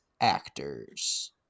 actors